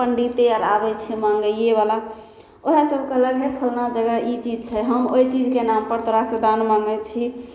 पण्डिते आर आबै छै माँगैएवला ओहेसभ कहलक हे फल्लाँ जगह ई चीज छै हम ओहि चीजके नामपर तोरासँ दान माँगै छी